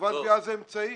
חברת הגבייה זה האמצעי.